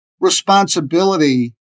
responsibility